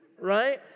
Right